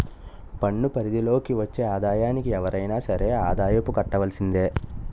పన్ను పరిధి లోకి వచ్చే ఆదాయానికి ఎవరైనా సరే ఆదాయపు కట్టవలసిందే